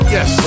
Yes